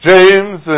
James